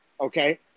okay